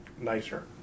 nicer